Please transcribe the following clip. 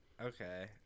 Okay